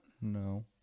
No